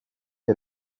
est